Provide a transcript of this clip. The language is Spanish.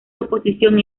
oposición